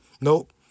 nope